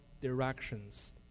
directions